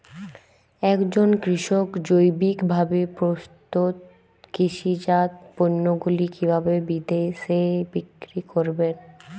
একজন কৃষক জৈবিকভাবে প্রস্তুত কৃষিজাত পণ্যগুলি কিভাবে বিদেশে বিক্রি করবেন?